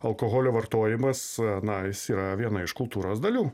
alkoholio vartojimas na jis yra viena iš kultūros dalių